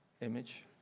Image